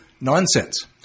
nonsense